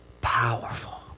powerful